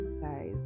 guys